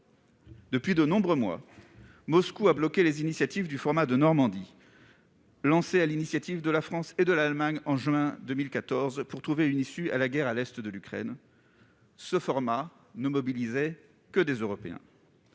Depuis de nombreux mois, Moscou a bloqué les initiatives du format « Normandie », lancé sur l'initiative de la France et de l'Allemagne en juin 2014 pour trouver une issue à la guerre à l'est de l'Ukraine. Ce format ne mobilisait que des Européens.